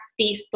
Facebook